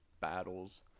battles